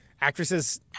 Actresses